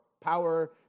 power